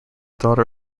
daughter